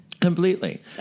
Completely